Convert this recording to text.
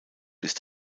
ist